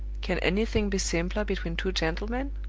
can anything be simpler between two gentlemen?